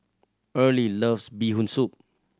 Earley loves Bee Hoon Soup